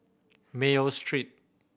Mayo Street